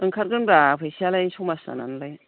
ओंखारगोनब्रा फैसायालाय समाज जानानैलाय